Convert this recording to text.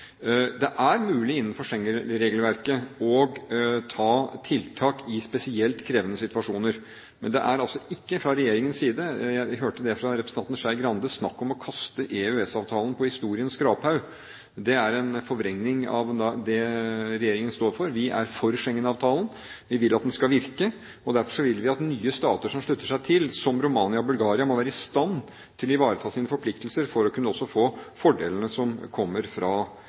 Det er mulig innenfor Schengen-regelverket å ta tiltak i spesielt krevende situasjoner, men det er ikke fra regjeringens side – som jeg hørte fra representanten Skei Grande – snakk om å kaste EØS-avtalen «på historiens skraphaug». Det er en forvrengning av det regjeringen står for. Vi er for Schengen-avtalen, vi vil at den skal virke. Derfor vil vi at nye stater som slutter seg til, som Romania og Bulgaria, må være i stand til å ivareta sine forpliktelser for også å kunne få fordelene som kommer fra